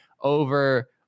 over